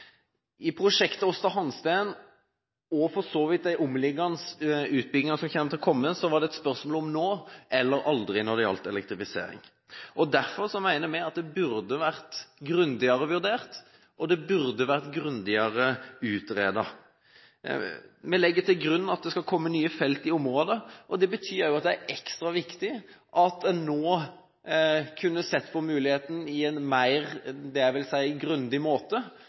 I prosjektet Aasta Hansteen – og for så vidt også for de omliggende utbyggingene som vil komme – var det et spørsmål om nå eller aldri for elektrifisering. Derfor mener vi at det burde vært grundigere vurdert, og det burde vært grundigere utredet. Vi legger til grunn at det skal komme nye felt i området. Det betyr at det er ekstra viktig at en nå kan se på muligheten på en mer – jeg vil si – grundig måte,